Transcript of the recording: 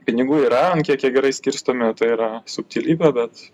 pinigų yra an kiek gerai skirstomi tai yra subtilybė bet